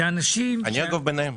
אני אגב ביניהם.